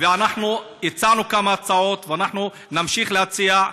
אנחנו הצענו כמה הצעות, ואנחנו נמשיך להציע.